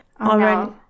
already